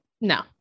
No